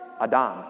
Adam